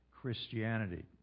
Christianity